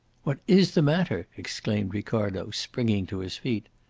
what is the matter? exclaimed ricardo, springing to his feet.